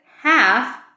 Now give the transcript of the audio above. Half